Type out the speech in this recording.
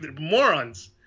morons